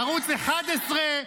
ערוץ 11,